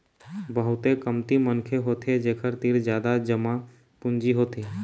बहुते कमती मनखे होथे जेखर तीर जादा जमा पूंजी होथे